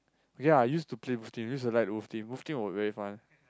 okay lah I use to play WolfTeam use to like WolfTeam WolfTeam was very fun